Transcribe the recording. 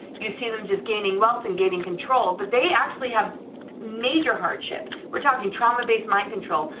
you see them just gaining wealth and gaining control, but they actually have major hardship, we're talking trauma based mind control,